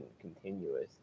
continuous